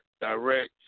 direct